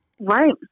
Right